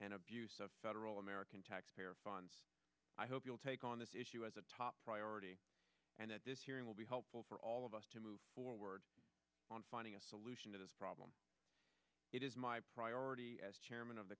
and abuse of federal american taxpayer funds i hope you'll take on this issue as a top priority and that this hearing will be helpful for all of us to move forward on finding a solution to this problem it is my priority as chairman of the